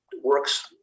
works